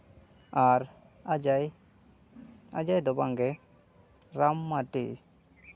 ᱟᱨ ᱚᱡᱚᱭ ᱚᱡᱚᱭ ᱫᱚ ᱵᱟᱝᱜᱮ ᱨᱟᱢ ᱢᱟᱨᱰᱤ